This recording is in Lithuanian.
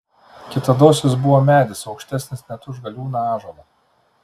kitados jis buvo medis aukštesnis net už galiūną ąžuolą